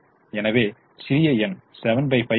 எனவே சிறிய எண் 75 கொண்டு